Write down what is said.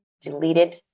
deleted